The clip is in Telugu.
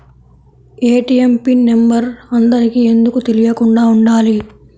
ఏ.టీ.ఎం పిన్ నెంబర్ అందరికి ఎందుకు తెలియకుండా ఉండాలి?